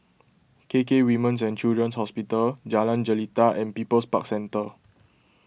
K K Women's and Children's Hospital Jalan Jelita and People's Park Centre